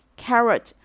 carrot